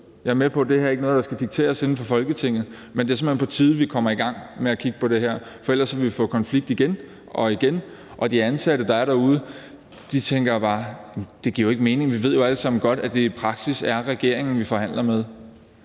Jeg er med på, at det her ikke er noget, der skal dikteres inde fra Folketinget, men det er simpelt hen på tide, vi går i gang med at kigge på det her, for ellers ville vi få konflikt igen og igen, og de ansatte, der er derude, tænker bare: Det giver jo ikke mening; vi ved jo alle sammen godt, at det i praksis er regeringen, vi forhandler med.